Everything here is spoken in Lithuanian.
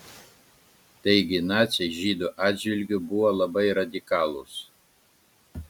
taigi naciai žydų atžvilgiu buvo labai radikalūs